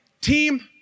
team